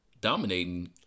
dominating